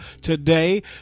today